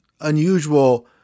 unusual